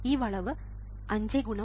ഈ വളവ് 5 exp tRC ആണ്